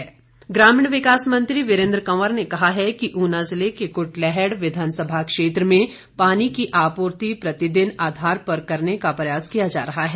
वीरेन्द्र कंवर ग्रामीण विकास मंत्री वीरेन्द्र कंवर ने कहा है कि ऊना जिले के कुटलैहड़ विधानसभा क्षेत्र में पानी की आपूर्ति प्रतिदिन आधार पर करने का प्रयास किया जा रहा है